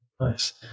nice